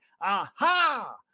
aha